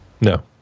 No